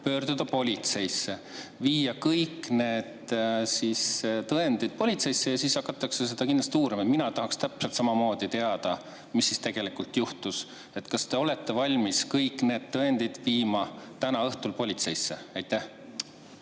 pöörduda politseisse, viia kõik need tõendid politseisse ja siis hakatakse seda kindlasti uurima. Mina tahaksin täpselt samamoodi teada, mis siis tegelikult juhtus. Kas te olete valmis kõik need tõendid viima täna õhtul politseisse? Aitäh,